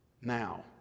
now